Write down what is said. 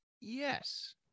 Yes